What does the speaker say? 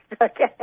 Okay